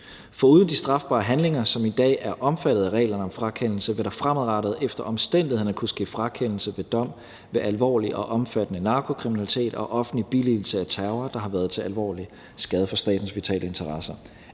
Foruden de strafbare handlinger, som i dag er omfattet af reglerne om frakendelse, vil der fremadrettet efter omstændighederne kunne ske frakendelse ved dom ved alvorlig og omfattende narkokriminalitet og offentlig billigelse af terror, der har været til alvorlig skade for statens vitale interesser.